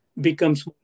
becomes